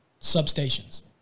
substations